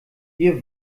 wir